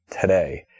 today